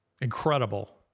Incredible